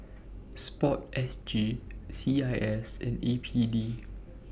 Sport S G C I S and A P D